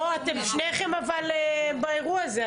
לא, אתם שניכם אבל באירוע הזה.